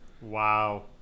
wow